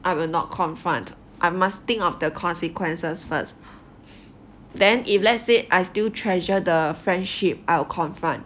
I will not confront I must think of the consequences first then if let's say I still treasure the friendship I will confront